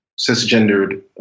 cisgendered